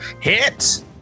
Hit